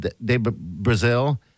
Brazil